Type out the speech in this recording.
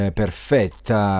perfetta